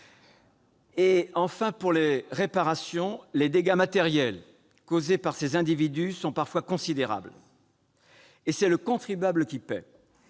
de soleil ? Enfin, les dégâts matériels causés par ces individus sont parfois considérables et c'est le contribuable qui paye.